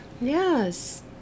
Yes